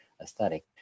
aesthetic